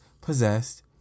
possessed